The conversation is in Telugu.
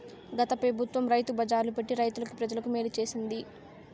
గత పెబుత్వం రైతు బజార్లు పెట్టి రైతులకి, ప్రజలకి మేలు చేసింది